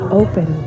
open